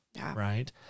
right